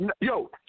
Yo